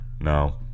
No